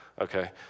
okay